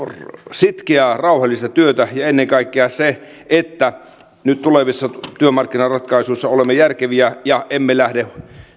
sitkeää rauhallista työtä ja ennen kaikkea se että nyt tulevissa työmarkkinaratkaisuissa olemme järkeviä ja emme lähde